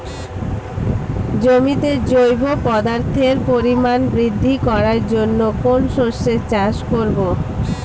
জমিতে জৈব পদার্থের পরিমাণ বৃদ্ধি করার জন্য কোন শস্যের চাষ করবো?